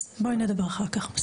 אז בואי נדבר אחר כך.